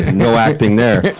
no acting there.